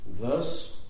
Thus